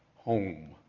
Home